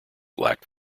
lacked